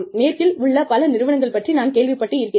மேற்கில் உள்ள பல நிறுவனங்கள் பற்றி நான் கேள்விப்பட்டிருக்கிறேன்